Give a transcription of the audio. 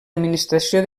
administració